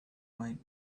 might